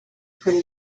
pretty